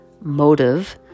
motive